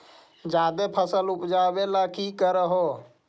जादे फसल उपजाबे ले की कर हो?